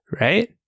right